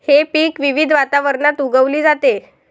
हे पीक विविध वातावरणात उगवली जाते